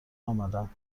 آمدم